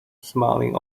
smiling